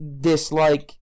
dislike